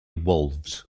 wolves